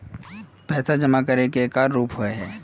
पैसा जमा करे के एक आर रूप होय है?